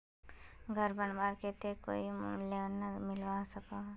घोर बनवार केते भी कोई लोन मिलवा सकोहो होबे?